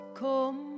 come